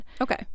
Okay